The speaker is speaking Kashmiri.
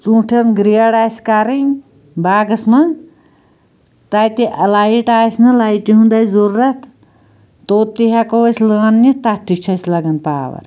ژونٛٹھیٚن گرٛیڈ آسہِ کَرٕنۍ باغَس مَنٛز تتہِ لایٹ آسہِ نہٕ لایٹہِ ہُنٛد آسہِ ضروٗرت توٚت تہِ ہیٚکو أسۍ لٲن نِتھ تتھ تہِ چھُ اسہِ لگان پاوَر